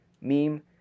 meme